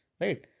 right